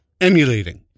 Emulating